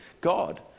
God